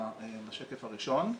בשקף הראשון.